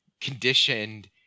conditioned